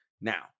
Now